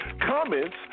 Comments